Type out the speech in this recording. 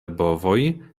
bovoj